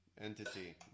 entity